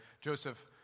Joseph